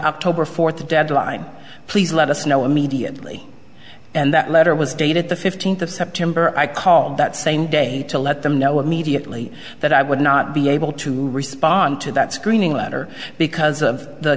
october fourth deadline please let us know immediately and that letter was dated the fifteenth of september i called that same day to let them know immediately that i would not be able to respond to that screening letter because of the